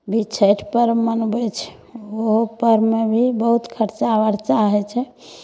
भी छठि पर्व मनबै छै ओहो पर्वमे भी बहुत खर्चा बर्चा होइ छै